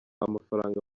amafaranga